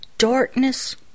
Darkness